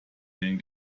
den